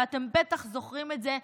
ואתם בטח זוכרים את זה: